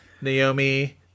Naomi